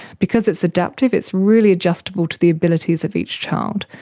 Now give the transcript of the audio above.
because it's adaptive, it's really adjustable to the abilities of each child,